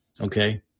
Okay